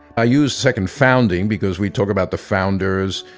i use second founding because we talk about the founders,